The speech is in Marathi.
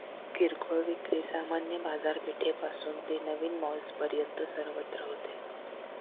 किरकोळ विक्री सामान्य बाजारपेठेपासून ते नवीन मॉल्सपर्यंत सर्वत्र होते